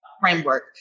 framework